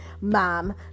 mom